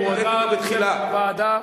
הוא הודה, בתחילה, לוועדה.